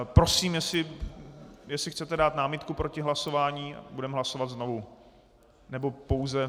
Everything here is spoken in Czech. Prosím, jestli chcete dát námitku proti hlasování, budeme hlasovat znovu, nebo pouze...